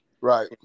Right